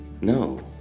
No